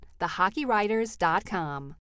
thehockeywriters.com